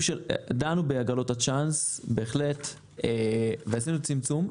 דנו בהגרלות הצ'אנס ועשינו צמצום,